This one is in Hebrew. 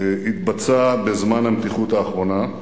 התבצעה בזמן המתיחות האחרונה.